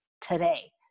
today